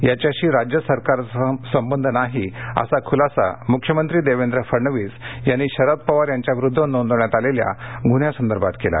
याच्याशी राज्य सरकारचा संबंध नाही असा खुलासा मुख्यमंत्री देवेंद्र फडणविस यांनी शरद पवार यांच्याविरुद्ध नोंदवण्यात आलेल्या गुन्ह्यासंदर्भात केला